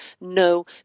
no